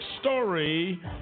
story